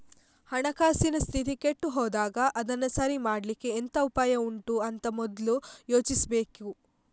ಹಣಕಾಸಿನ ಸ್ಥಿತಿ ಕೆಟ್ಟು ಹೋದಾಗ ಅದನ್ನ ಸರಿ ಮಾಡ್ಲಿಕ್ಕೆ ಎಂತ ಉಪಾಯ ಉಂಟು ಅಂತ ಮೊದ್ಲು ಯೋಚಿಸ್ಬೇಕು